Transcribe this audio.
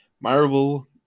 Marvel